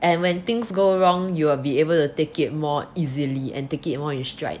and when things go wrong you will be able to take it more easily and take it more in stride